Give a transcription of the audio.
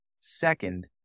second